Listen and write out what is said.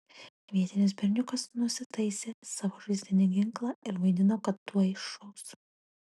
vietinis berniukas nusitaisė savo žaislinį ginklą ir vaidino kad tuoj šaus